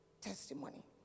testimony